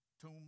tomb